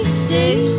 stay